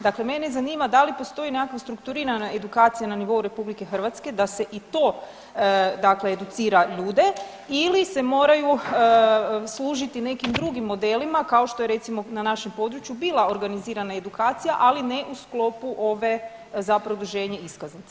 Dakle, mene zanima da li postoji nekakva strukturirana edukacija na nivou Republike Hrvatske da se i to, dakle educira ljude ili se moraju služiti nekim drugim modelima kao što je recimo na našem području bila organizirana edukacija ali ne u sklopu ove za produženje iskaznice.